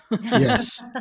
Yes